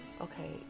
okay